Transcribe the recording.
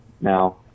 Now